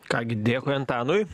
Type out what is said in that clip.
ką gi dėkui antanui